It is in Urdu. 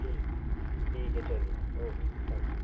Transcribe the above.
ٹھیک ٹھیک ہے چلیے اوکے تھینک یو